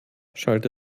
schallte